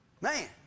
Man